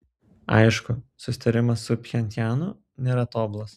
aišku susitarimas su pchenjanu nėra tobulas